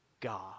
God